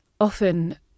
often